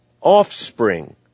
offspring